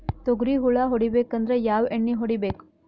ತೊಗ್ರಿ ಹುಳ ಹೊಡಿಬೇಕಂದ್ರ ಯಾವ್ ಎಣ್ಣಿ ಹೊಡಿಬೇಕು?